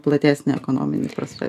platesne ekonomine prasme